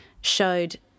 showed